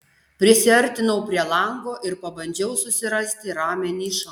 prisiartinau prie lango ir pabandžiau susirasti ramią nišą